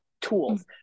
tools